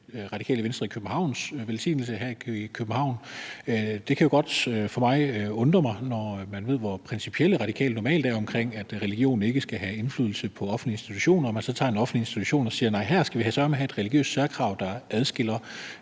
Radikale Venstre i Københavns velsignelse foregår her i København. Når man ved, hvor principielle Radikale normalt er omkring, at religion ikke skal have indflydelse på offentlige institutioner, kan det jo godt undre mig, at man så tager en offentlig institution og siger: Nej, her skal vi da søreme have et religiøst særkrav, der adskiller